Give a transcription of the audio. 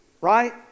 right